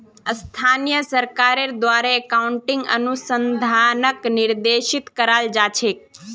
स्थानीय सरकारेर द्वारे अकाउन्टिंग अनुसंधानक निर्देशित कराल जा छेक